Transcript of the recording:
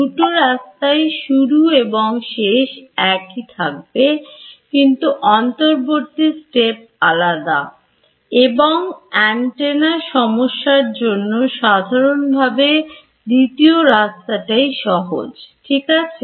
দুটো রাস্তার ই শুরু এবং শেষ একই থাকবে কিন্তু অন্তর্বর্তী step আলাদা এবং অ্যান্টেনার সমস্যা জন্য সাধারণভাবে দ্বিতীয় রাস্তাটায় সহজ ঠিক আছে